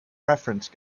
reference